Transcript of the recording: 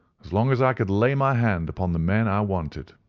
as long as i could lay my hand upon the men i wanted.